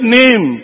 name